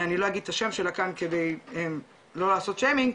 אני לא אגיד את השם שלה כאן כדי לא לעשות שיימינג,